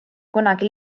kunagi